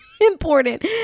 important